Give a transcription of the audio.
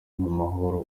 muhora